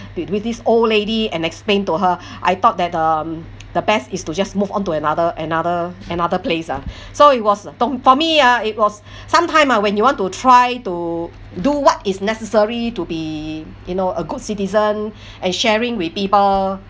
wi~ with this old lady and explain to her I thought that um the best is to just move on to another another another place lah so it was don't for me ah it was some time ah when you want to try to do what is necessary to be you know a good citizen and sharing with people